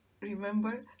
remember